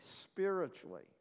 spiritually